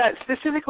Specifically